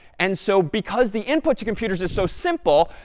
and so because the input to computers is so simple,